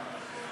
שעה.